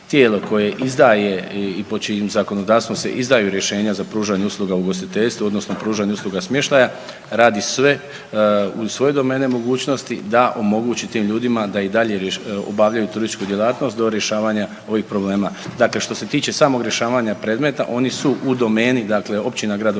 koje izdaje i pod čijim zakonodavstvom se izdaju rješenja za pružanje usluga u ugostiteljstvu odnosno pružanja usluga smještaja, radi sve u svojoj domeni i mogućnosti da omogući tim ljudima da i dalje obavljaju turističku djelatnost do rješavanja ovih problema. Dakle, što se tiče samih rješavanja predmeta oni su u domeni dakle općina, gradova,